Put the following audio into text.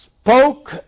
spoke